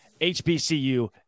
HBCU